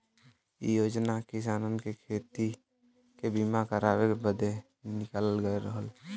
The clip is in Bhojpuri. इ योजना किसानन के खेती के बीमा करावे बदे निकालल गयल रहल